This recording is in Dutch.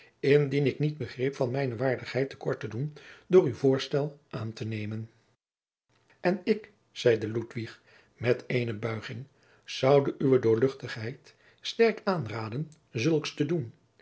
indien ik niet begreep van mijne waardigheid te kort te doen door uw voorstel aan te nemen en ik zeide ludwig met eene buiging zoude uwe doorl sterk aanraden zulks te doen